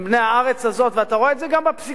הם בני הארץ הזאת, ואתה רואה את זה גם בפסיקה.